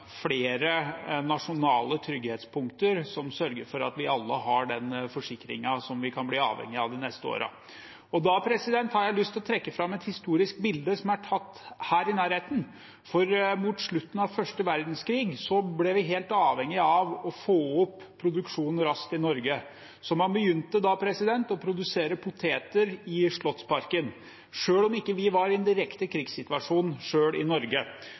flere nasjonale trygghetspunkter som sørger for at vi alle har den forsikringen som vi kan bli avhengig av de neste årene. Da har jeg lyst til å trekke fram et historisk bilde som er tatt her i nærheten. Mot slutten av første verdenskrig ble vi helt avhengig av å få opp produksjonen raskt i Norge, så da begynte man å produsere poteter i Slottsparken, selv om vi ikke selv var i en direkte krigssituasjon i Norge.